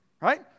Right